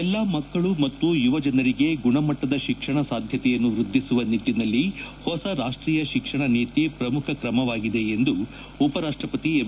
ಎಲ್ಲಾ ಮಕ್ಕಳು ಮತ್ತು ಯುವ ಜನರಿಗೆ ಗುಣಮಟ್ಟದ ಶಿಕ್ಷಣ ಸಾಧ್ಯತೆಯನ್ನು ವೃದ್ಧಿಕುವ ನಿಟ್ಟನಲ್ಲಿ ಹೊಸ ರಾಷ್ಟೀಯ ಶಿಕ್ಷಣ ನೀತಿ ಶ್ರಮುಖ ಕ್ರಮವಾಗಿದೆ ಎಂದು ಉಪರಾಷ್ಟಪತಿ ಎಂ